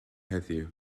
heddiw